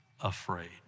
afraid